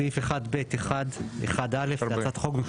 בסעיף 1(ב1)(1)(א) להצעת החוק,